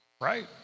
right